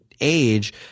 age